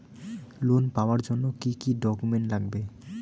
Loan পাওয়ার জন্যে কি কি ডকুমেন্ট লাগবে?